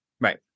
Right